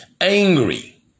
angry